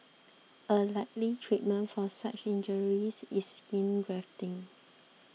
a likely treatment for such injuries is skin grafting